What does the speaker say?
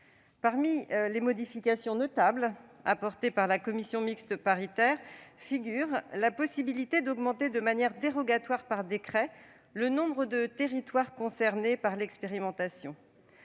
Parmi les modifications notables apportées par la commission mixte paritaire figure la possibilité d'augmenter de manière dérogatoire, par décret, le nombre de territoires concernés par l'expérimentation.